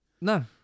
no